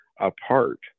apart